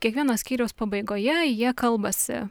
kiekvieno skyriaus pabaigoje jie kalbasi